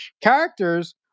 characters